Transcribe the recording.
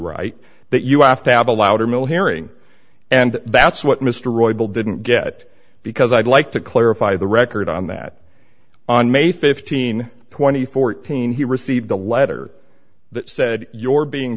right that you have to have a louder mill hearing and that's what mr roybal didn't get because i'd like to clarify the record on that on may fifteen twenty fourteen he received a letter that said your being